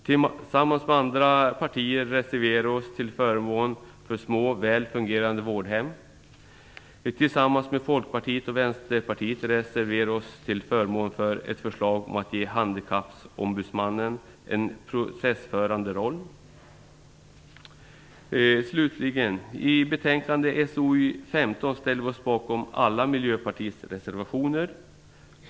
Tillsammans med andra partier reserverar vi oss till förmån för små väl fungerande vårdhem. Tillsammans med Folkpartiet och Vänsterpartiet reserverar vi oss till förmån för ett förslag om att ge Handikappombudsmannen en processförande roll. I betänkande SoU15 ställer vi oss bakom alla Miljöpartiets reservationer.